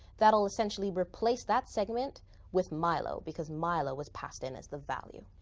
that will essentially replace that segment with milo. because milo was passed in as the value.